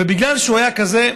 בגלל שהוא היה כזה,